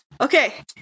Okay